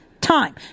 time